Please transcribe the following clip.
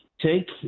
take, –